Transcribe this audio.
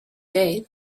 day